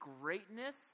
greatness